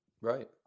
Right